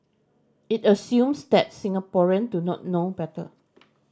it assumes that Singaporeans do not know better